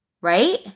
Right